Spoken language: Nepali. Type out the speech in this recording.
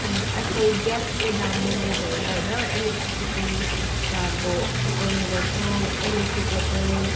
अन्त आजकल ग्यासको दाम महँगो भएर होइन इलेक्ट्रिसिटीमा अब पकाउने गर्छ इलेक्ट्रिक केटल